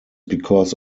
because